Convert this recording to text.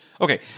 Okay